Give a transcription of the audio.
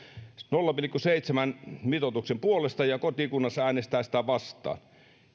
nolla pilkku seitsemän mitoituksen puolesta ja kotikunnassa äänestää sitä vastaan